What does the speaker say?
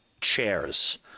chairs